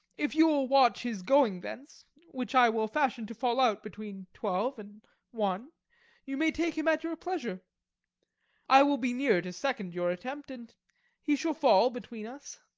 if you will watch his going thence which i will fashion to fall out between twelve and one you may take him at your pleasure i will be near to second your attempt, and he shall fall between us.